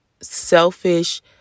selfish